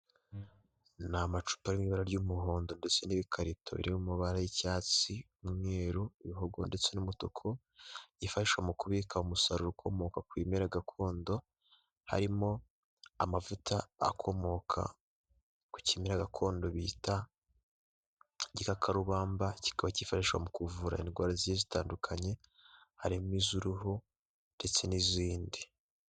Ni amacupa arimo ibara ry'umuhondo ndetse n'ibikarito biri mabara y'icyatsi, umweru, ibihogo ndetse n'umutuku, ifasha mu kubika umusaruro ukomoka ku bimera gakondo, harimo amavuta akomoka ku kimera gakondo bita igikakarubamba, kikaba cyifashishwa mu kuvura indwara zigiye zitandukanye harimo iz'uruhu ndetse n'izindi.